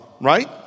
right